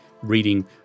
reading